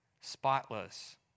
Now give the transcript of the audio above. spotless